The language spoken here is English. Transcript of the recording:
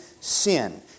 sin